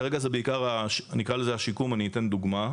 כרגע בעיקר אני אקרא לזה השיקום, אני אתן דוגמה.